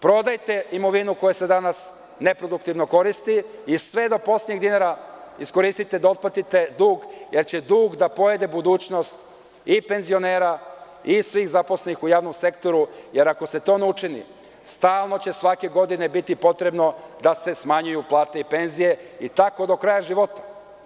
Prodajte imovinu koja se danas neproduktivno koristi i sve do poslednjeg dinara iskoristite da otplatite dug, jer će dug da pojede budućnost i penzionera i svih zaposlenih u javnom sektoru, jer ako se to ne učini stalno će svake godine biti potrebno da se smanjuju plate i penzije i tako do kraja života.